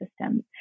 systems